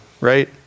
right